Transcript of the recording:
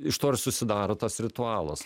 iš to ir susidaro tas ritualas